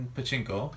Pachinko